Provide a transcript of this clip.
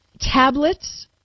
tablets